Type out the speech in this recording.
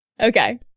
Okay